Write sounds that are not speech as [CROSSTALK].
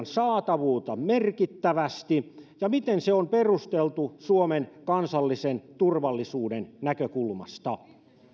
[UNINTELLIGIBLE] saatavuutta merkittävästi miten se on perusteltu suomen kansallisen turvallisuuden näkökulmasta